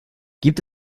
gibt